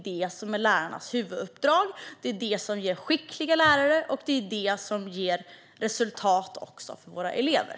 Detta är lärarnas huvuduppdrag, detta ger skickliga lärare och detta ger resultat för våra elever.